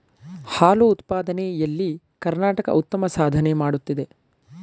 ಹಾಲು ಉತ್ಪಾದನೆ ಎಲ್ಲಿ ಕರ್ನಾಟಕ ಉತ್ತಮ ಸಾಧನೆ ಮಾಡುತ್ತಿದೆ